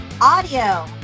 audio